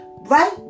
Right